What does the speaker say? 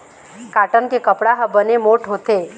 cotton के कपड़ा ह बने मोठ्ठ होथे